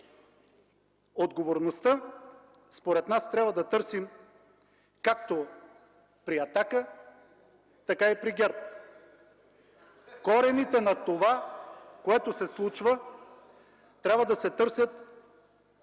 Отговорността според нас трябва да търсим както при „Атака”, така и при ГЕРБ. (Смях в ГЕРБ.) Корените на това, което се случва, трябва да се търсят